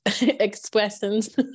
expressions